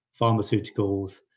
pharmaceuticals